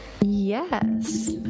Yes